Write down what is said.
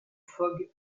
fogg